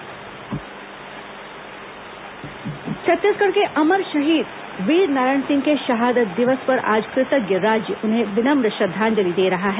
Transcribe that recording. वीरनारायण सिंह छत्तीसगढ़ के अमर शहीद वीरनारायण सिंह के शहादत दिवस पर आज कृतज्ञ राज्य उन्हें विनम्र श्रद्वांजलि दे रहा है